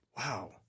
wow